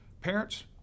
Parents